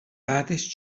بعدش